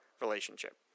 relationship